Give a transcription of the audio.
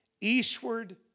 eastward